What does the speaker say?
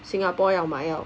Singapore 要买要